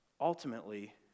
Ultimately